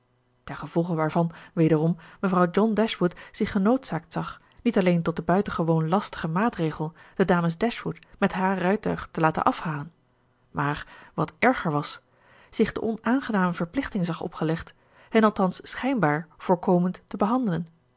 ten gevolge waarvan wederom mevrouw john dashwood zich genoodzaakt zag niet alleen tot den buitengewoon lastigen maatregel de dames dashwood met haar rijtuig te laten afhalen maar wat erger was zich de onaangename verplichting zag opgelegd hen althans schijnbaar voorkomend te behandelen